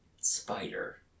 spider